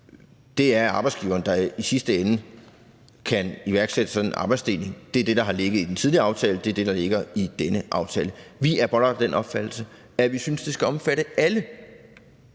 Det er arbejdsgiveren, der i sidste ende kan iværksætte sådan en arbejdsdeling. Det er det, der har ligget i den tidligere aftale, og det er det, der ligger i denne aftale. Vi er bare af den opfattelse, at vi synes, det skal omfatte alle